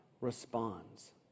responds